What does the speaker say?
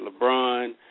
LeBron